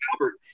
Albert